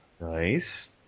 Nice